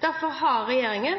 Derfor har regjeringen